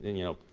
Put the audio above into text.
you know,